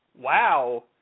Wow